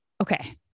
Okay